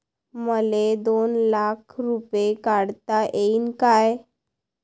मले दोन लाख रूपे काढता येईन काय?